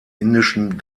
indischen